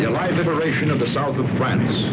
your life liberation of the south of france